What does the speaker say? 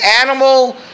animal